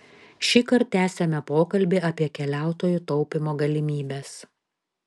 šįkart tęsiame pokalbį apie keliautojų taupymo galimybes